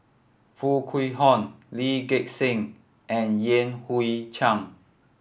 Foo Kwee Horng Lee Gek Seng and Yan Hui Chang